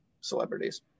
celebrities